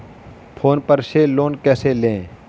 Phone पर से loan कैसे लें?